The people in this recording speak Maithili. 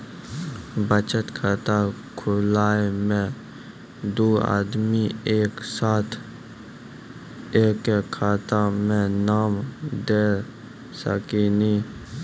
बचत खाता खुलाए मे दू आदमी एक साथ एके खाता मे नाम दे सकी नी?